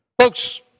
Folks